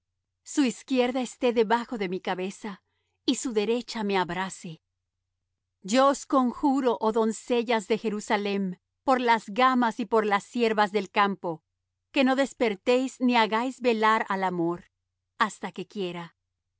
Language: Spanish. su izquierda esté debajo de mi cabeza y su derecha me abrace yo os conjuro oh doncellas de jerusalem por las gamas y por las ciervas del campo que no despertéis ni hagáis velar al amor hasta que quiera